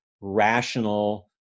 rational